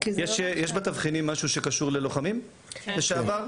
יש בתבחינים משהו שקשור ללוחמים לשעבר?